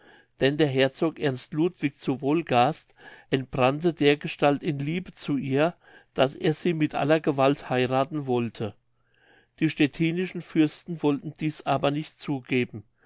denn der herzog ernst ludwig zu wolgast entbrannte dergestalt in liebe zu ihr daß er sie mit aller gewalt heirathen wollte die stettinschen fürsten wollten dies aber nicht zugeben